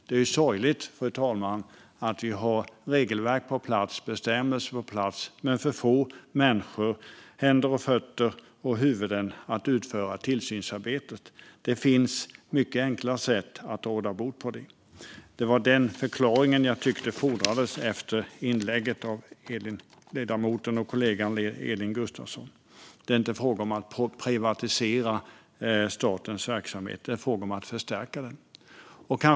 Det är ju sorgligt, fru talman, att vi har regelverk och bestämmelser på plats men för få människor - händer, fötter och huvuden - för att utföra tillsynsarbetet. Det finns mycket enkla sätt att råda bot på detta. Det var denna förklaring jag tyckte fordrades efter inlägget av ledamoten och kollegan Elin Gustafsson. Det är inte fråga om att privatisera statens verksamhet, utan det är fråga om att förstärka den. Fru talman!